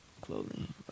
clothing